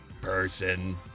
person